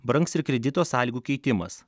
brangs ir kredito sąlygų keitimas